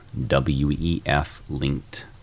WEF-linked